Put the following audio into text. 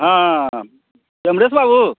हाँ कमलेश बाबू